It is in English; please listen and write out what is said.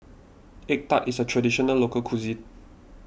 Egg Tart is a Traditional Local Cuisine